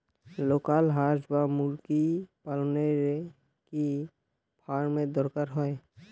Local হাস বা মুরগি পালনে কি ফার্ম এর দরকার হয়?